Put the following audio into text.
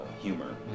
humor